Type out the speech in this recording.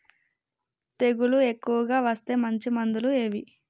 తెగులు ఎక్కువగా వస్తే మంచి మందులు ఏవి?